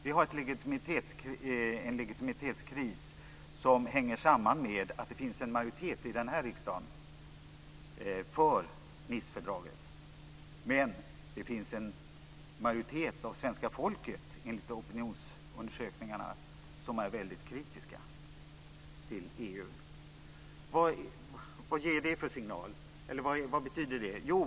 Vi har en legitimitetskris som hänger samman med att det finns en majoritet i riksdagen för Nicefördraget medan det enligt opinionsundersökningarna finns en majoritet av svenska folket som är väldigt kritisk till EU. Vad ger det för signal? Vad betyder det?